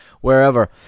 wherever